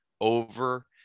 over